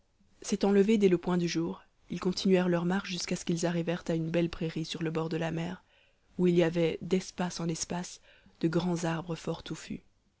s'étant levés dès le point du jour ils continuèrent leur marche jusqu'à ce qu'ils arrivèrent à une belle prairie sur le bord de la mer où il y avait d'espace en espace de grands arbres fort touffus